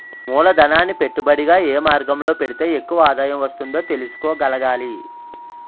మూలధనాన్ని పెట్టుబడిగా ఏ మార్గంలో పెడితే ఎక్కువ ఆదాయం వస్తుందో తెలుసుకోగలగాలి